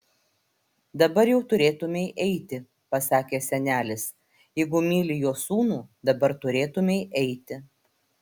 dabar jau turėtumei eiti pasakė senelis jeigu myli jo sūnų dabar turėtumei eiti